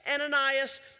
Ananias